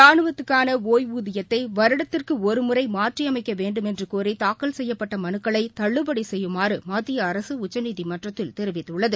ராணுவத்துக்கானஒய்வூதியத்தைவருடத்திற்குஒருமுறைமாற்றியமைக்கவேண்டுமென்றுகோரி தாக்கல் செய்யப்பட்டமனுக்களைதள்ளுபடிசெய்யுமாறுமத்தியஅரசுஉச்சநீதிமன்றத்தில் தெரிவித்குள்ளது